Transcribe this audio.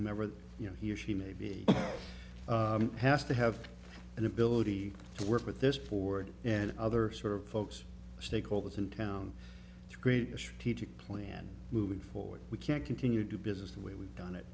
their member you know he or she maybe has to have an ability to work with this ford and other sort of folks stakeholders in town it's great a strategic plan moving forward we can't continue to do business the way we've done it